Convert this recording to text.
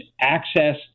access